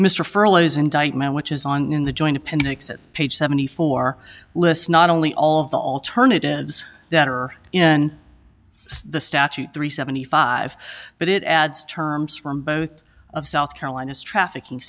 furloughs indictment which is on in the joint appendix it's page seventy four lists not only all of the alternatives that are in the statute three seventy five but it adds terms from both of south carolina's trafficking